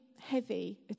heavy